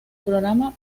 programa